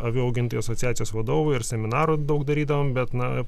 avių augintojų asociacijos vadovu ir seminarų daug darydavom bet na